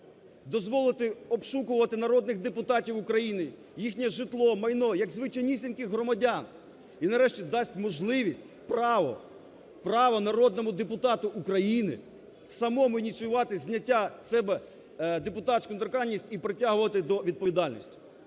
Дозволити обшукувати народних депутатів України, їхнє житло, майно як звичайнісіньких громадян. І, нарешті, дасть можливість, право народному депутату України самому ініціювати зняття з себе депутатську недоторканність і притягувати до відповідальності.